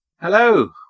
Hello